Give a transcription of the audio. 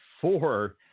four